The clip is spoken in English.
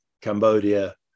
Cambodia